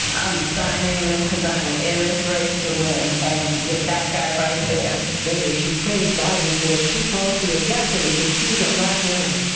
i'm signing this because i am in this race to win and with that guy right there. reporter later she prized biden for what she called the audacity to choose a black woman.